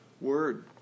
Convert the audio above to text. word